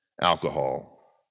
Alcohol